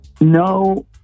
No